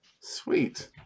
Sweet